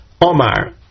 Omar